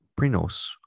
Prinos